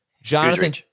Jonathan